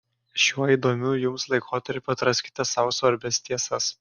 šiuo įdomiu jums laikotarpiu atraskite sau svarbias tiesas